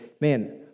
man